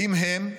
האם הם,